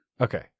Okay